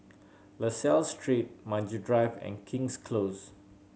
La Salle Street Maju Drive and King's Close